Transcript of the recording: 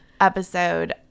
episode